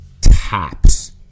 taps